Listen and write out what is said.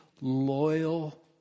loyal